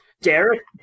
Derek